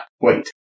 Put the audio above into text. Wait